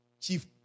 Chief